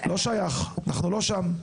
לא שייך, אנחנו לא שם.